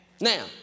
Now